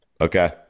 Okay